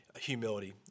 humility